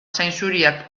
zainzuriak